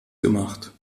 gemacht